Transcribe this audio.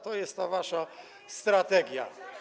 To jest ta wasza strategia.